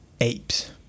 apes